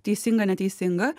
teisinga neteisinga